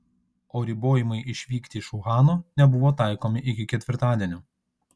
o ribojimai išvykti iš uhano nebuvo taikomi iki ketvirtadienio